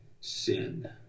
sin